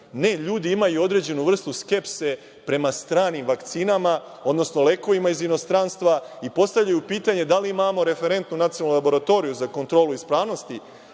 nego ljudi imaju određenu vrste skepse prema stranim vakcinama, odnosno lekovima iz inostranstva i postavljaju pitanje – da li imamo referentnu nacionalnu laboratoriju za kontrolu ispravnosti